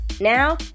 now